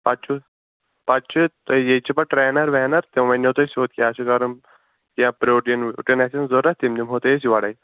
پتہٕ چھُ پتہٕ چھُ ییٚتہِ چھِ پتہٕ ٹرٛینر ویٚنر تِم ونٮ۪و تۅہہِ سیوٚد کیٛاہ چھُ کَرُن یا پرٛوٹیٖن ٹِن آسان ضروٗرت تِم دِمہو تۅہہِ أسۍ یورے